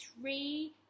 three